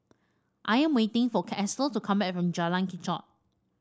I am waiting for Estel to come back from Jalan Kechot